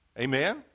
Amen